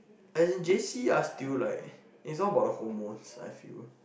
as in J_C are still like is not about the hormones I feel